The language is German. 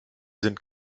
sind